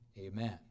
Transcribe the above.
amen